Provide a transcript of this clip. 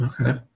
okay